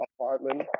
Apartment